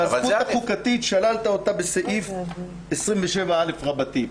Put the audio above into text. והזכות החוקתית, שללת אותה בסעיף 27א רבתי.